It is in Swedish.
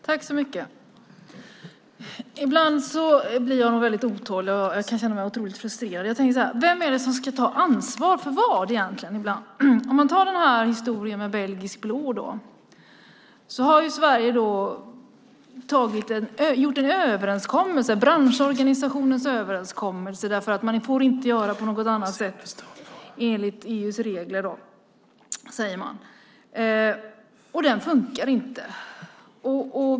Herr talman! Ibland blir jag otålig, och jag kan känna mig frustrerad. Vem ska ta ansvar för vad? När det gäller historien med belgisk blå har man i Sverige gjort en branschorganisationens överenskommelse. Man får nämligen inte göra på något annat sätt enligt EU:s regler, säger man. Överenskommelsen fungerar inte.